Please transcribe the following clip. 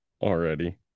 already